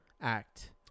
Act